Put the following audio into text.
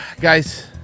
Guys